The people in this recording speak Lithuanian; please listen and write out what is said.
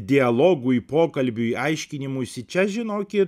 dialogui pokalbiui aiškinimuisi čia žinokit